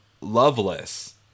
Loveless